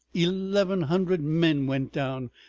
eleven hundred men went down.